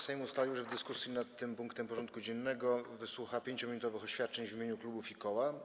Sejm ustalił, że w dyskusji nad tym punktem porządku dziennego wysłucha 5-minutowych oświadczeń w imieniu klubów i koła.